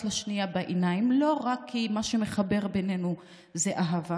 לשנייה בעיניים לא רק כי מה שמחבר בינינו זה אהבה,